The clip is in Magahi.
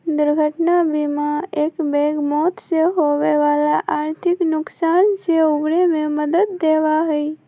दुर्घटना बीमा एकबैग मौत से होवे वाला आर्थिक नुकसान से उबरे में मदद देवा हई